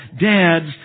dads